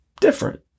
different